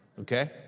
okay